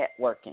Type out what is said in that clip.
networking